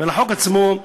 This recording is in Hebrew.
לחוק עצמו.